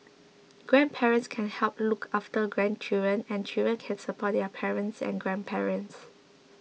grandparents can help look after grandchildren and children can support their parents and grandparents